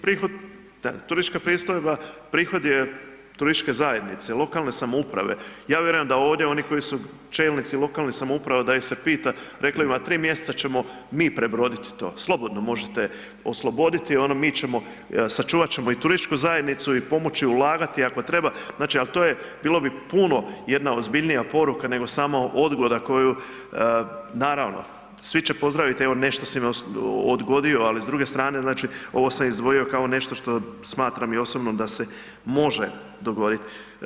Prihod, turistička pristojba prihod je turističke zajednice, lokalne samouprave, ja vjerujem da oni koji su čelnici lokalne samouprave da ih se pita rekli bi vam 3 mjeseca ćemo mi prebroditi to, slobodno možete osloboditi ono mi ćemo sačuvat ćemo i turističku zajednicu i pomoći ulagati ako treba, znači al to je bilo bi puno jedna ozbiljnija poruka nego samo odgoda koju naravno, svi će pozdraviti evo nešto si odgodio ali s druge strane znači ovo sam izdvojio kao nešto što smatram i osobno da se može dogoditi.